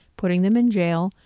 putting them in jail,